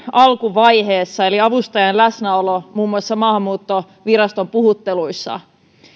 alkuvaiheessa eli avustajan läsnäolo muun muassa maahanmuuttoviraston puhutteluissa